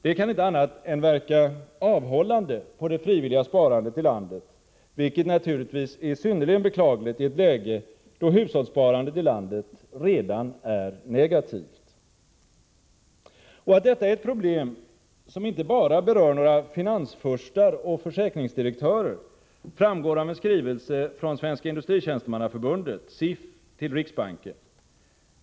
Det kan inte annat än verka avhållande på det frivilliga sparandet i landet, vilket naturligtvis är synnerligen beklagligt i ett läge då hushållssparandet i landet redan är negativt. Att detta är ett problem som inte berör bara några finansfurstar och försäkringsdirektörer framgår av en skrivelse från Svenska industritjänstemannaförbundet, SIF, till riksbanken.